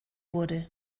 wurde